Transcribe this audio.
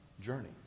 journey